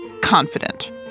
confident